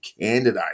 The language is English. candidate